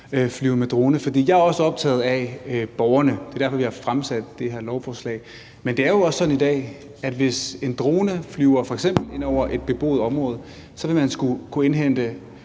flyve med drone. For jeg er også optaget af borgerne – det er derfor, vi har fremsat det her lovforslag – men det er jo også sådan i dag, at hvis en drone flyver f.eks. ind over et beboet område, vil man skulle indhente